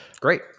Great